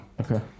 Okay